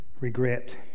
regret